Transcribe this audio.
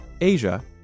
Asia